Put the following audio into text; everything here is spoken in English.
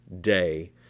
day